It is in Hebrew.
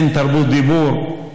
אין תרבות דיבור.